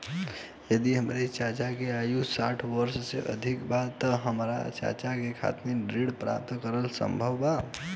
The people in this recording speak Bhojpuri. यदि हमार चाचा के आयु साठ वर्ष से अधिक बा त का हमार चाचा के खातिर ऋण प्राप्त करना संभव बा?